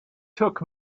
took